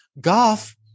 Golf